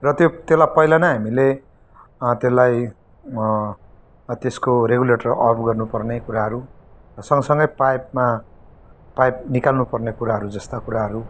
र त्यो त्यसलाई पजिला नै हामीले त्यसलाई त्यसको रेगुलेटर अफ गर्न पर्ने कुराहरू सँग सँगै पाइपमा पाइप निकाल्नु पर्ने कुराहरू जस्ता कुराहरू